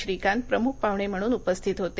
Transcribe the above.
श्रीकांत प्रमूख पाहुणे म्हणून उपस्थित होते